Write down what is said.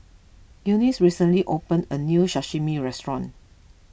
Eunice recently opened a new Sashimi restaurant